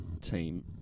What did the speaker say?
team